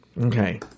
Okay